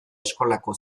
eskolako